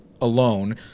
alone